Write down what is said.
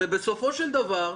בסופו של דבר,